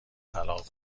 طلاق